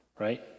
Right